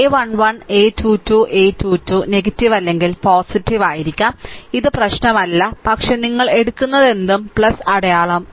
a 1 1 a 2 2 a 2 2 negative അല്ലെങ്കിൽ positive ആയിരിക്കാം ഇത് പ്രശ്നമല്ല പക്ഷേ നിങ്ങൾ എടുക്കുന്നതെന്തും അടയാളം